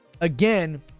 again